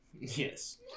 Yes